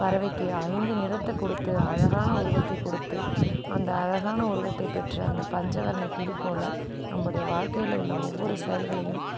பறவைக்கு ஐந்து நிறத்தை கொடுத்து அழகான உருவத்தை கொடுத்து அந்த அழகான உருவத்தை பெற்ற அந்த பஞ்சவர்ண கிளி போல் நம்முடைய வாழ்க்கையில் உள்ள ஒவ்வொரு செயல்களையும்